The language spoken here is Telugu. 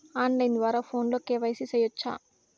ఆన్ లైను ద్వారా ఫోనులో కె.వై.సి సేయొచ్చా